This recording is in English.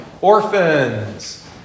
orphans